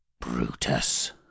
Brutus